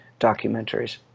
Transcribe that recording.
documentaries